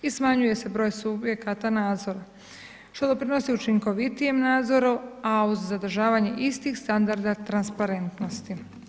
I smanjuje se broj subjekata nadzora što doprinosi učinkovitijem nadzoru a uz zadržavanje istih strandarda transparentnosti.